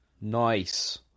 Nice